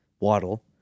Waddle